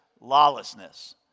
lawlessness